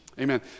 amen